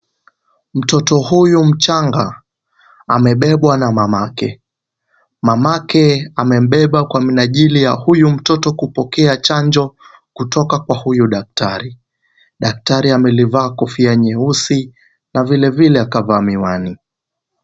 Mtoto huyu mchanga amebebwa na mamake. Mamake amembeba kwa minajili ya huyu mtoto kupokea chanjo kutoka kwa huyu daktari. Daktari amelivaa kofia nyeusi na vilevile akavaa miwani.